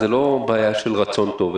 זו לא בעיה של רצון טוב,